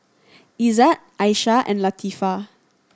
Izzat Aisyah and Latifa